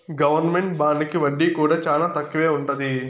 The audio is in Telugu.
గవర్నమెంట్ బాండుకి వడ్డీ కూడా చానా తక్కువే ఉంటది